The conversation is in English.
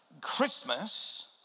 Christmas